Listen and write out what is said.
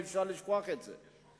אי-אפשר לשכוח את זה.